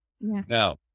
Now